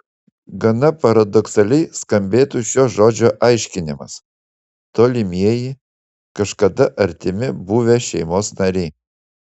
gana paradoksaliai skambėtų šio žodžio aiškinimas tolimieji kažkada artimi buvę šeimos nariai